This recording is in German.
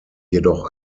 jedoch